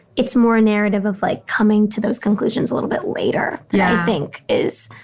it's more a narrative of like coming to those conclusions a little bit later that i think is